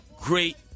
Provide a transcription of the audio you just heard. great